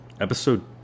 Episode